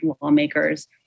lawmakers